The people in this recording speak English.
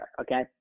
Okay